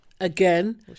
Again